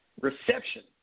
reception